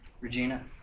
Regina